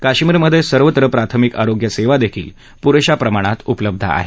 काश्मीरमध्ये सर्वत्र प्राथमिक आरोग्य सेवा देखील पुरेशा प्रमाणात उपलब्ध आहेत